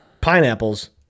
pineapples